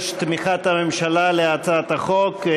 יש תמיכת הממשלה בהצעת החוק.